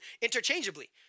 interchangeably